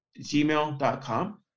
Gmail.com